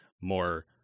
more